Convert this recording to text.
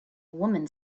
woman